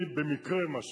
אני במקרה מה שנקרא,